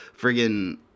friggin